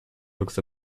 looks